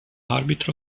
arbitro